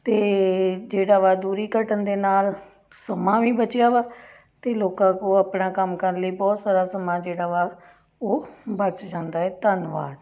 ਅਤੇ ਜਿਹੜਾ ਵਾ ਦੂਰੀ ਘਟਣ ਦੇ ਨਾਲ ਵੀ ਬਚਿਆ ਵਾ ਅਤੇ ਲੋਕਾਂ ਕੋਲ ਆਪਣਾ ਕੰਮ ਕਰਨ ਲਈ ਬਹੁਤ ਸਾਰਾ ਸਮਾਂ ਜਿਹੜਾ ਵਾ ਉਹ ਬਚ ਜਾਂਦਾ ਹੈ ਧੰਨਵਾਦ